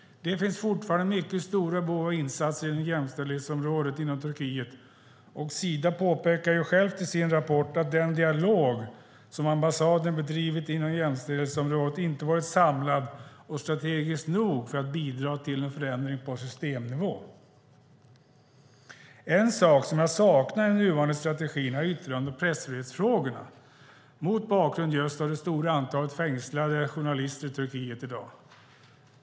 Det finns fortfarande mycket stora behov av insatser inom jämställdhetsområdet i Turkiet. Sida påpekar självt i sin rapport att den dialog som ambassaden bedrivit inom jämställdhetsområdet inte varit samlad och strategisk nog för att bidra till en förändring på systemnivå. En sak som jag saknar i den nuvarande strategin är yttrande och pressfrihetsfrågorna mot bakgrund av det stora antalet fängslade journalister i Turkiet i dag.